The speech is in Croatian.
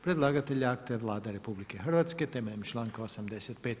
Predlagatelj akta je Vlada RH, temeljem članka 85.